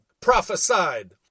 prophesied